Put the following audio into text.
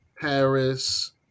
Paris